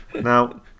Now